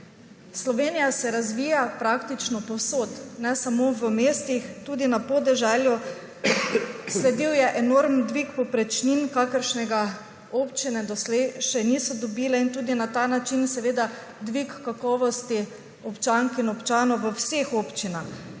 Slovenija se razvija praktično povsod, ne samo v mestih, tudi na podeželju. Sledil je enormen dvig povprečnin, kakršnega občine doslej še niso dobile, in tudi na ta način seveda dvig kakovosti občank in občanov v vseh občinah.